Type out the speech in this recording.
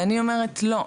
ואני אומרת לא,